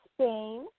Spain